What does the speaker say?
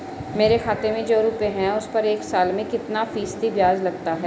मेरे खाते में जो रुपये हैं उस पर एक साल में कितना फ़ीसदी ब्याज लगता है?